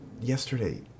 yesterday